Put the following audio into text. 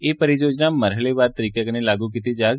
एह् परियोजना मरहलेवार तरीकें कन्नै लागू कीती जाग